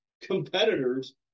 competitors